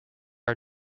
are